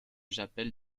j’appelle